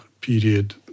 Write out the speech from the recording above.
period